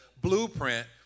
blueprint